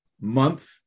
month